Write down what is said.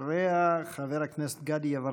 אחריה, חבר הכנסת גדי יברקן.